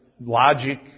logic